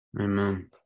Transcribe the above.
Amen